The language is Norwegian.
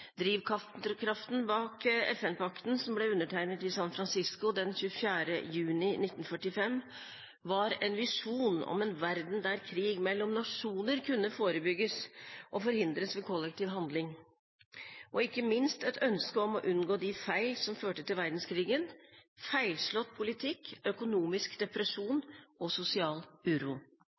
Drivkraften bak FN-pakten, som ble undertegnet i San Francisco den 24. juni 1945, var en visjon om en verden der krig mellom nasjoner kunne forebygges og forhindres ved kollektiv handling og ikke minst et ønske om å unngå de feil som førte til verdenskrigen: feilslått politikk, økonomisk depresjon og sosial uro.